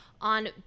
on